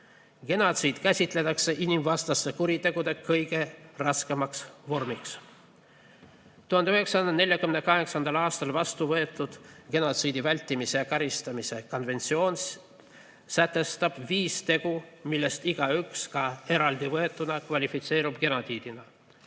Genotsiidi käsitletakse inimsusevastaste kuritegude kõige raskemaks vormiks. 1948. aastal vastuvõetud genotsiidi vältimise ja karistamise konventsioon sätestab viis tegu, millest igaüks ka eraldi võetuna kvalifitseerub genotsiidina,